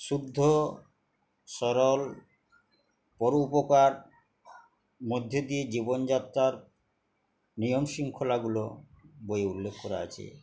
শুদ্ধ সরল পর উপকার মধ্য দিয়ে জীবনযাত্রার নিয়ম শৃঙ্খলাগুলো বই উল্লেখ করা আছে